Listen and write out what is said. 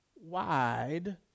wide